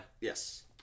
Yes